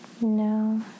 No